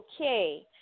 Okay